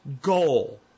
goal